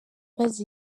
maze